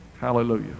Hallelujah